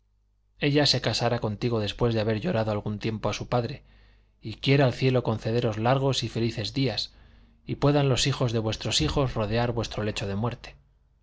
ella se casará contigo después de haber llorado algún tiempo a su padre y quiera el cielo concederos largos y felices días y puedan los hijos de vuestros hijos rodear vuestro lecho de muerte